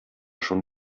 schon